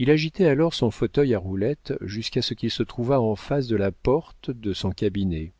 il agitait alors son fauteuil à roulettes jusqu'à ce qu'il se trouvât en face de la porte de son cabinet